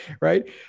right